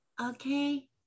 okay